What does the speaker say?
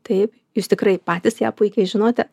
taip jūs tikrai patys ją puikiai žinote